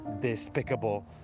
despicable